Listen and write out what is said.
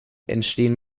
entstehen